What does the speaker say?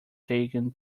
taken